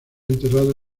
enterrado